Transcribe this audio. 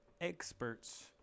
experts